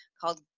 called